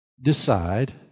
decide